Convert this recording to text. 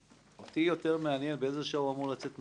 אותי יותר מעניין באיזו שעה הוא אמור לצאת מהבית.